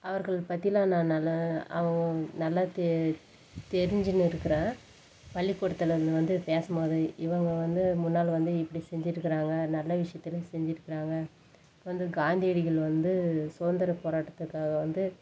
அவர்கள் பற்றிலாம் நான் நல்லா அவங்க நல்லா தெரிஞ்சினு இருக்கிறேன் பள்ளிக்கூட்டத்தில் வந்து பேசும் போது இவங்க வந்து முன்னால் வந்து இப்படி செஞ்சிருக்கிறாங்க நல்ல விஷயத்தை செஞ்சிருக்கிறாங்க வந்து காந்தி அடிகள் வந்து சுதந்திர போராட்டத்துக்காக வந்து